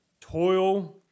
Toil